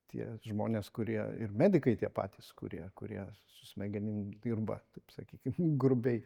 tie žmonės kurie ir medikai tie patys kurie kurie su smegenim dirba taip sakykim grubiai